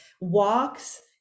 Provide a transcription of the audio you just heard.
walks